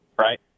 Right